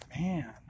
Man